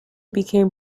became